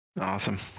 awesome